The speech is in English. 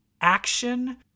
action